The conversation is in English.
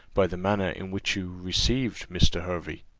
by the manner in which you received mr. hervey.